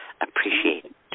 appreciate